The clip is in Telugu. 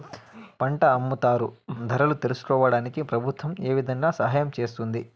పంట అమ్ముతారు ధరలు తెలుసుకోవడానికి ప్రభుత్వం ఏ విధంగా సహాయం చేస్తుంది?